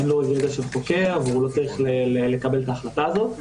אין לו ידע של חוקר והוא לא צריך לקבל את ההחלטה הזאת.